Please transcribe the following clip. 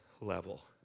level